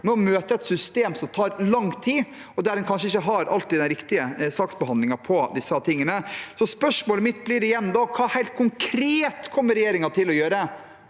er å møte et system som tar lang tid – og der en kanskje ikke alltid har den riktige saksbehandlingen. Spørsmålet mitt blir igjen: Hva helt konkret kommer regjeringen til å gjøre